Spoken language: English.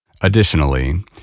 Additionally